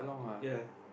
ya